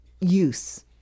use